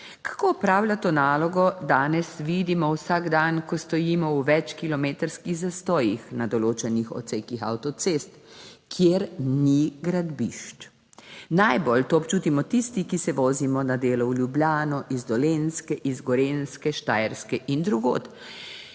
Kako opravlja to nalogo danes vidimo vsak dan, ko stojimo v več kilometrskih zastojih na določenih odsekih avtocest, kjer ni gradbišč. Najbolj to občutimo tisti, ki se vozimo na delo v Ljubljano iz Dolenjske, iz Gorenjske, Štajerske in drugod,